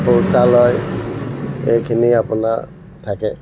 শৌচালয় এইখিনি আপোনাৰ থাকে